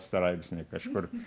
straipsnį kažkur